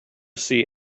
see